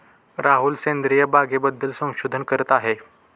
राहुल सेंद्रिय बागेबद्दल संशोधन करत आहे